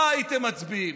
מה הייתם מצביעים?